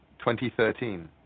2013